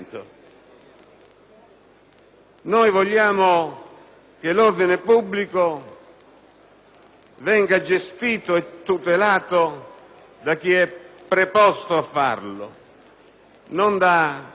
Noi vogliamo che l'ordine pubblico venga gestito e tutelato da chi è preposto a farlo e non da